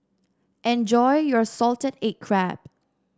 enjoy your Salted Egg Crab